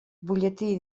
butlletí